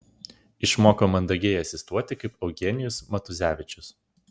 išmoko mandagiai asistuoti kaip eugenijus matuzevičius